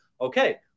okay